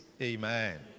Amen